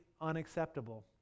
unacceptable